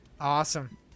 Awesome